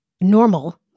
normal